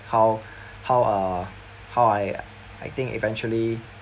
how how uh how I I think eventually